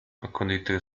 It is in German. erkundigte